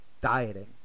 dieting